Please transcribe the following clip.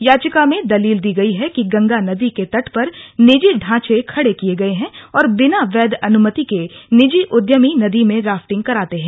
याचिका में दलील दी गयी है कि गंगा नदी के तट पर निजी ढांचे खड़े किए गये हैं और बिना वैध अनुमति के निजी उद्यमी नदी में राफ्टिंग कराते हैं